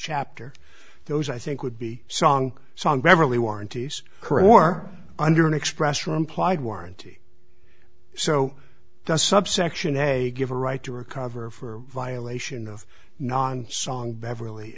chapter those i think would be song song beverly warranties are under an express or implied warranty so does subsection they give a right to recover for violation of non song beverl